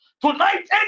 Tonight